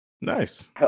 Nice